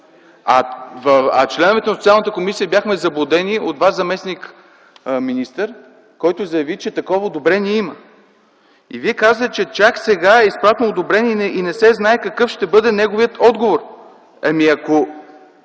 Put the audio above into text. Членовете на Социалната комисия бяхме заблудени от ваш заместник-министър, който заяви, че такова одобрение има. Вие казвате, че чак сега е изпратено одобрение и не се знае какъв ще бъде неговият отговор?! Ако